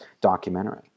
documentary